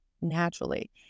naturally